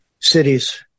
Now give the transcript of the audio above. cities